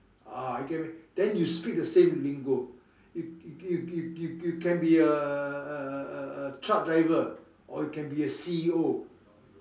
ah you get what I mean then you speak the same lingo you you you you can be a a a a a truck driver or you can be a C_E_O